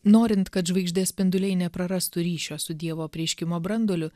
norint kad žvaigždės spinduliai neprarastų ryšio su dievo apreiškimo branduoliu